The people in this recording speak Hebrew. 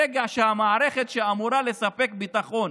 ברגע שהמערכת שאמורה לספק ביטחון